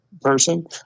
person